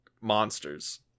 monsters